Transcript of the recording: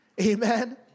Amen